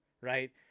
right